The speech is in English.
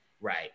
right